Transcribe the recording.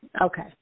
Okay